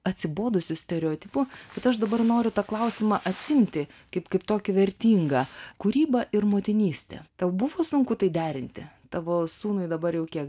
atsibodusiu stereotipu kad aš dabar noriu tą klausimą atsiimti kaip kaip tokį vertingą kūryba ir motinystė tau buvo sunku tai derinti tavo sūnui dabar jau kiek